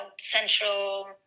central